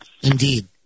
Indeed